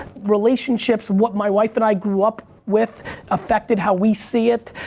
relationships, what my wife and i grew up with affected how we see it,